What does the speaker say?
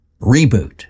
Reboot